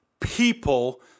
people